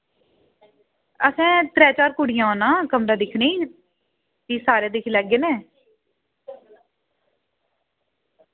असें त्रैऽ चार कुड़ियें औना कमरा दिक्खनै ई भी सारे दिक्खी लैगे ना